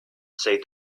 said